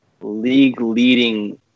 league-leading